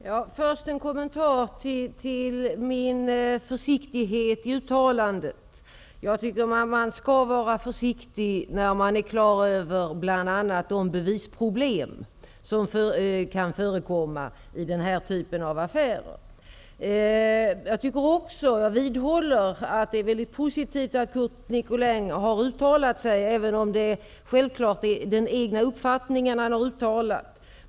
Herr talman! Först en kommentar till min försiktighet i uttalandet. Jag tycker att man skall vara försiktig när man är klar över bl.a. de bevisproblem som kan förekomma i samband med den här typen av affärer. Jag vidhåller att det är mycket positivt att Curt Nicolin har uttalat sig i denna fråga, även om det självfallet är den egna uppfattningen han har uttalat.